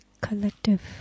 collective